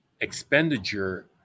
expenditure